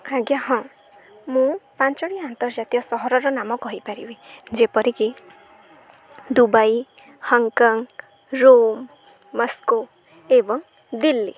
ଆଜ୍ଞା ହଁ ମୁଁ ପାଞ୍ଚଟି ଆନ୍ତର୍ଜାତୀୟ ସହରର ନାମ କହିପାରିବି ଯେପରିକି ଦୁବାଇ ହଂକଂ ରୋମ୍ ମସ୍କୋ ଏବଂ ଦିଲ୍ଲୀ